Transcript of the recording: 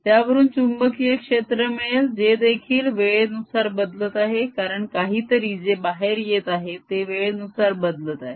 त्यावरून चुंबकीय क्षेत्र मिळेल जे देखील वेळेनुसार बदलत आहे कारण काहीतरी जे बाहेर येत आहे ते वेळेनुसार बदलत आहे